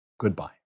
Goodbye